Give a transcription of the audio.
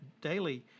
daily